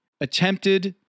attempted